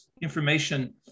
information